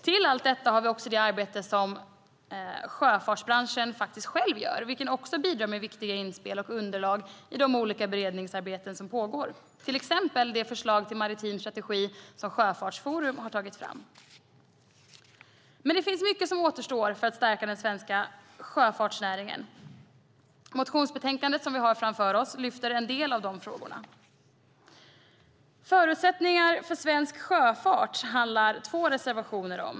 Till detta kommer allt arbete som sjöfartsbranschen själv gör och som också bidrar med viktiga inspel och underlag i de olika beredningsarbeten som pågår, till exempel det förslag till maritim strategi som Sjöfartsforum har tagit fram. Men det är mycket som återstår för att stärka den svenska sjöfartsnäringen. Motionsbetänkandet som vi har framför oss tar upp en del av de frågorna. Förutsättningar för svensk sjöfart tas upp i två reservationer.